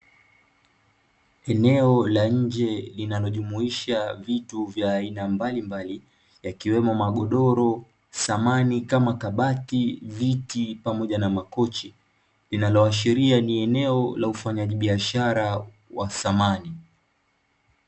Eneo la nje linalojumuisha vitu vya aina mbalimbali yakiwemo: magodoro; samani kama kabati, viti pamoja na makochi. Linaloashiria ni eneo la ufanyaji biashara wa samani.